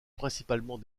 principalement